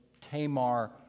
Tamar